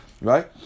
Right